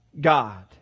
God